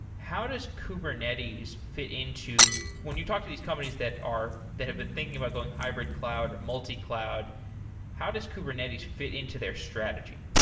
how does kubernetes fit into when you talk to these companies that that have been thinking about going hybrid cloud, or multi-cloud, how does kubernetes fit into their strategy?